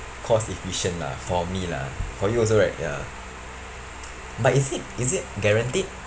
cost efficient lah for me lah for you also right ya but is it is it guaranteed